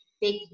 big